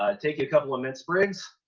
ah take a couple of mint sprigs,